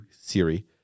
siri